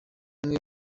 hamwe